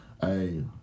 Hey